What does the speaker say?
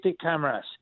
cameras